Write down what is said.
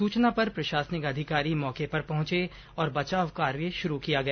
सूचना पर प्रशासनिक अधिकारी मौके पर पहुंचे और बचाव कार्य शुरू किया गया